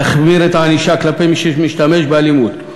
להחמיר את הענישה כלפי מי שמשתמש באלימות,